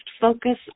focus